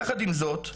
יחד עם זאת,